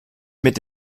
mit